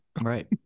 right